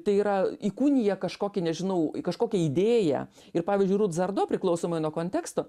tai yra įkūnija kažkokį nežinau kažkokią idėją ir pavyzdžiui rut zardo priklausomai nuo konteksto